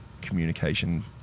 communication